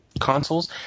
consoles